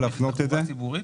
65 זה תחבורה ציבורית?